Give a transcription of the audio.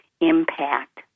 impact